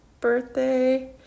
birthday